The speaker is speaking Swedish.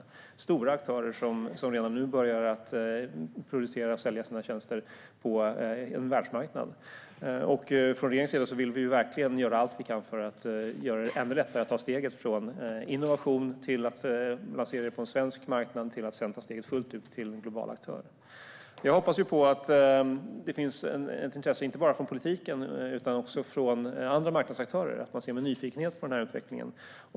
Det är stora aktörer som redan nu börjar producera och sälja sina tjänster på en världsmarknad. Från regeringens sida vill vi verkligen göra allt vi kan för att göra det ännu lättare att ta steget från innovation till att lansera på en svensk marknad för att sedan ta steget fullt ut och bli en global aktör. Jag hoppas att det finns ett intresse inte bara från politiken utan också från andra marknadsaktörer och att man ser med nyfikenhet på denna utveckling.